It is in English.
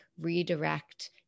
redirect